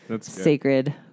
sacred